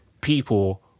people